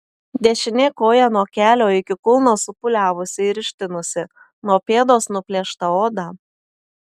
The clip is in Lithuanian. dešinė koja nuo kelio iki kulno supūliavusi ir ištinusi nuo pėdos nuplėšta oda